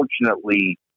unfortunately